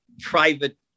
private